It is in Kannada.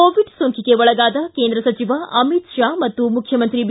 ಕೋವಿಡ್ ಸೋಂಕಿಗೆ ಒಳಗಾದ ಕೇಂದ್ರ ಸಚಿವ ಅಮಿತ್ ಶಾ ಮತ್ತು ಮುಖ್ಯಮಂತ್ರಿ ಬಿ